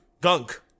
Gunk